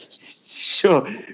Sure